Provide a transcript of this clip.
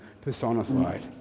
personified